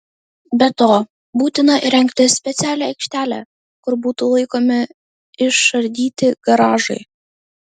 be to būtina įrengti specialią aikštelę kur būtų laikomi išardyti garažai